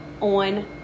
on